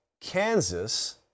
Kansas